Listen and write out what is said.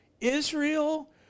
Israel